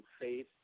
faith